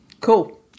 cool